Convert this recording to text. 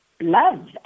love